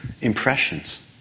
impressions